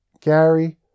Gary